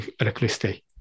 electricity